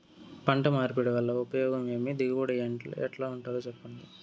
పంట మార్పిడి వల్ల ఉపయోగం ఏమి దిగుబడి ఎట్లా ఉంటుందో చెప్పండి?